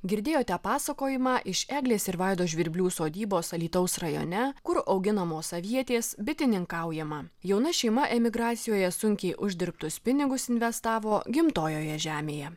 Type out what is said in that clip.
girdėjote pasakojimą iš eglės ir vaido žvirblių sodybos alytaus rajone kur auginamos avietės bitininkaujama jauna šeima emigracijoje sunkiai uždirbtus pinigus investavo gimtojoje žemėje